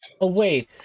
away